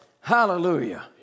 Hallelujah